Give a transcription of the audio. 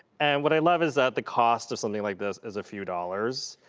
and what i love is that the cost of something like this is a few dollars.